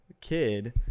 kid